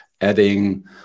adding